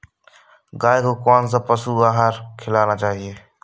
गाय को कौन सा पशु आहार खिलाना चाहिए?